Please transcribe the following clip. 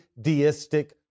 deistic